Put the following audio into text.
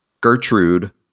Gertrude